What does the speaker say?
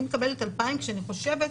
אני מקבלת 2,000 כשאני חושבת,